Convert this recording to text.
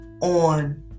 on